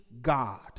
God